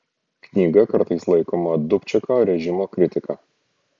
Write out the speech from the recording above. knyga kartais laikoma dubčeko režimo kritika